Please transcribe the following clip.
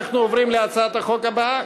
אנחנו עוברים להצעת החוק הבאה,